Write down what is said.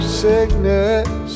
sickness